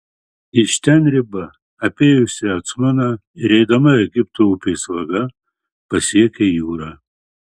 iš ten riba apėjusi acmoną ir eidama egipto upės vaga pasiekia jūrą